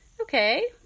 Okay